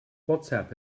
whatsapp